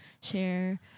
share